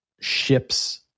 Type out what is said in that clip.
ships